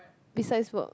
besides work